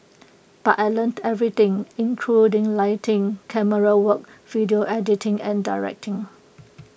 but I learnt everything including lighting camerawork video editing and directing